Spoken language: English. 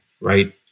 right